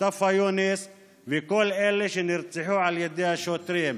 מוסטפא יונס וכל אלה שנרצחו על ידי השוטרים.